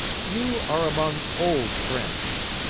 you are among old friends